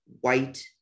white